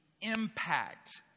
impact